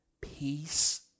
peace